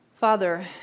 Father